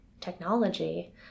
technology